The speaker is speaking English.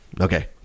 okay